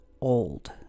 old